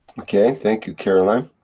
okay, thank you caroline.